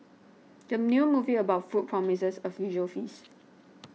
the new movie about food promises a visual feast